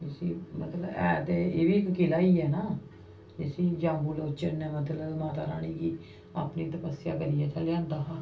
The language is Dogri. जिसी मतलब है ते एह् बी इक किला ई ऐ नां जिसी जाम्बू लोचन ने मतलब माता रानी गी अपनी तपस्या करियै इत्थै लेहांदा हा